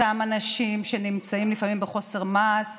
עם אותם אנשים שנמצאים לפעמים בחוסר מעש